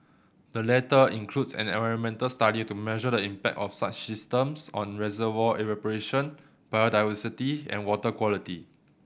the latter includes an environmental study to measure the impact of such systems on reservoir evaporation biodiversity and water quality